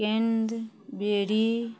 केन्द्र बेरी